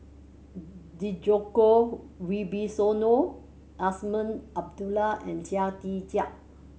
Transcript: Djoko Wibisono Azman Abdullah and Chia Tee Chiak